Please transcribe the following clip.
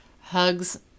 hugs